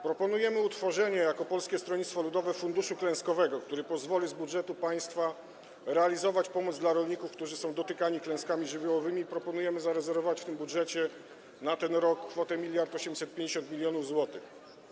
Proponujemy jako Polskie Stronnictwo Ludowe utworzenie funduszu klęskowego, który pozwoli z budżetu państwa realizować pomoc dla rolników, którzy są dotykani klęskami żywiołowymi, i proponujemy zarezerwować w tym budżecie na ten rok kwotę 1850 mln zł.